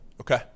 Okay